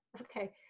Okay